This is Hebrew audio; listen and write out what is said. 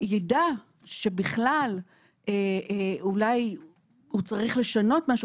יידע שבכלל אולי הוא צריך לשנות משהו,